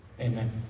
amen